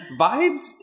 Vibes